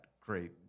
great